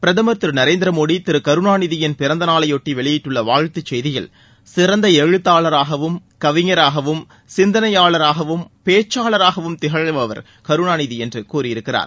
பிரதமா் திரு நரேந்திர மோடி திரு கருணாநிதியின் பிறந்த நாளைபொட்டி வெளியிட்டுள்ள வாழ்த்துச் செய்தியில் சிறந்த எழுத்தாளராகவும் கவிஞராகவும் சிந்தனையாளராகவும் பேச்சாளராகவும் திகழ்பவர் என்று கூறியிருக்கிறார்